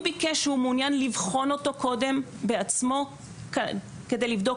הוא ביקש לבחון אותו קודם בעצמו כדי לבדוק